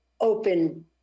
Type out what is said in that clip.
open